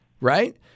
right